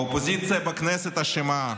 האופוזיציה בכנסת אשמה,